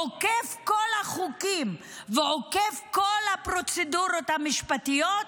עוקף כל החוקים ועוקף כל הפרוצדורות המשפטיות,